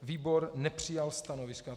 Výbor nepřijal stanovisko.